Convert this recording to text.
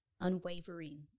unwavering